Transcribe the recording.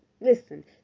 Listen